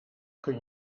kun